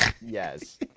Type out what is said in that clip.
Yes